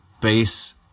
base